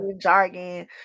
jargon